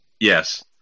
yes